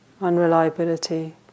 unreliability